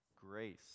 grace